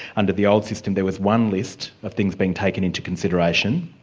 under the old system there was one list of things being taken into consideration,